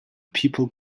people